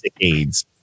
AIDS